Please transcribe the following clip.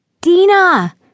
Dina